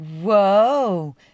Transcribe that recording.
whoa